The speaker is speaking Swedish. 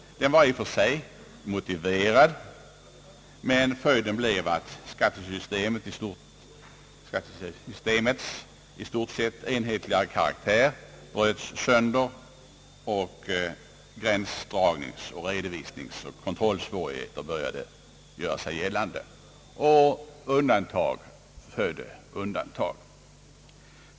Den var i och för sig motiverad, men följden blev att skatte systemets i stort sett enhetliga karaktär bröts sönder och att gränsdragningssamt redovisningsoch kontrollsvårigheter började göra sig gällande, och undantag födde undantag.